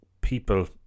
people